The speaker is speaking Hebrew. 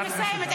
אני מסיימת.